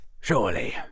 surely